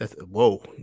Whoa